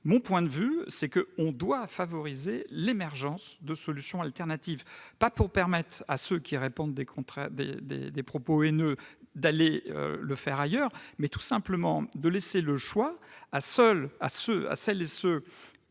mon point de vue, on doit favoriser l'émergence de solutions alternatives, non pas pour permettre à ceux qui répandent des propos haineux de le faire ailleurs, mais tout simplement pour laisser le choix à celles et ceux